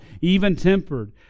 even-tempered